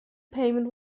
payment